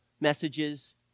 messages